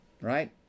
Right